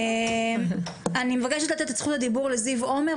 זיו עומר,